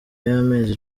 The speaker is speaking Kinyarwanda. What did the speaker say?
y’amezi